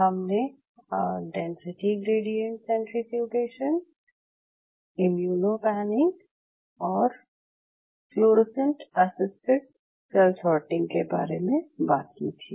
हमने density gradient centrifugation immunopanning और fluorescent assisted cell sorting के बारे में बात की थी